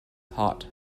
hot